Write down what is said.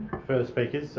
further speakers? so